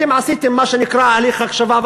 אתם עשיתם מה שנקרא הליך הקשבה,